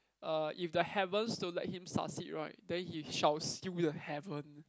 uh if the heavens don't let him succeed right then he shall seal the heaven